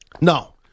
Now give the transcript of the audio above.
No